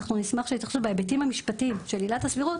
אנחנו נשמח שיתייחסו בהיבטים המשפטיים של עילת הסבירות,